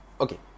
Okay